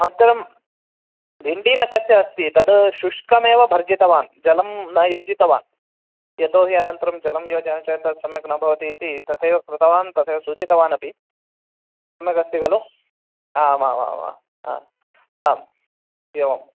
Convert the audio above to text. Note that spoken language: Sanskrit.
अन्तरं भिण्डीनकस्य अस्ति तद् शुष्कमेव भर्जितवान् जलं न योजितवान् यतोहि अनन्तरं जलं योजयितं चेत् तत् सम्यक् न भवति इति तथैव कृतवान् तथैव सूचितवान अपि सम्यगस्ति खलु आमामाम् ह आम् एवम्